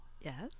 yes